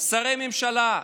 שרי ממשלה,